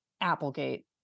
Applegate